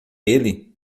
ele